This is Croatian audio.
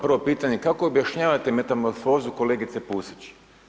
Prvo pitanje, kako objašnjavate metamorfozu kolegice Pusić?